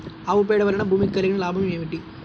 ఆవు పేడ వలన భూమికి కలిగిన లాభం ఏమిటి?